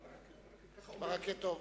ברכה, בקמץ.